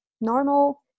normal